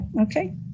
okay